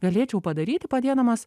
galėčiau padaryti padėdamas